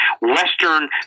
Western